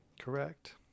Correct